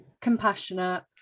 compassionate